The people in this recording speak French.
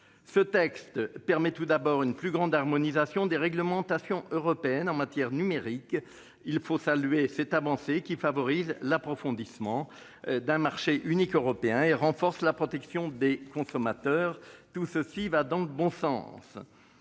Ce texte permet, tout d'abord, une plus grande harmonisation des réglementations européennes en matière numérique. Il faut saluer cette avancée, qui favorisera l'approfondissement du marché unique européen et renforcera la protection des consommateurs. Tout cela va dans le bon sens.